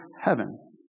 heaven